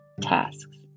tasks